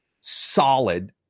solid